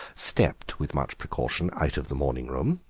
stepped with much precaution out of the morning-room,